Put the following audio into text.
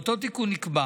באותו תיקון נקבע